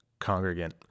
congregant